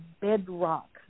bedrock